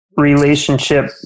relationship